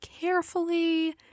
carefully